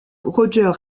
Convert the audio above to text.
roger